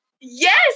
yes